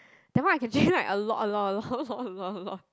that one I can drink like a lot a lot lot lot lot lot